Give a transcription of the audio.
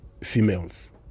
females